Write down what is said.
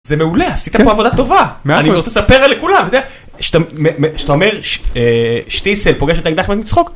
זה מעולה, עשית פה עבודה טובה, אני רוצה לספר אלה כולם, שאתה אומר שטיסל פוגש את האקדח מת מצחוק